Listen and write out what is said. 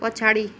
पछाडि